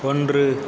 ஒன்று